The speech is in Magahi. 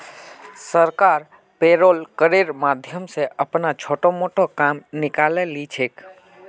सरकार पेरोल करेर माध्यम स अपनार छोटो मोटो काम निकाले ली छेक